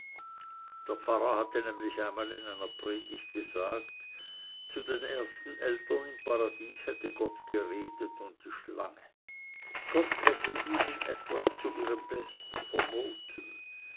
der pfarrer hatte nämlich einmal in einer predigt gesagt zu den ersten eltern im paradies hätte gott geredet und die schlange gott hatte ihnen etwas zu ihrem besten verboten